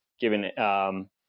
given –